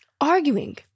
Arguing